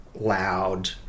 loud